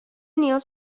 نیاز